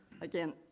again